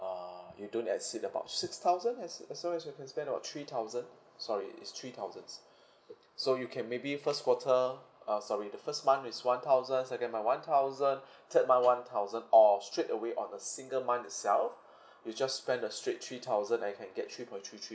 uh you don't exceed about six thousand as as long as you can spend about three thousand sorry it's three thousands so you can maybe first quarter uh sorry the first month is one thousand second month one thousand third month one thousand or straight away on a single month itself you just spend a straight three thousand and I can get three point three three